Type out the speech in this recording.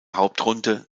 hauptrunde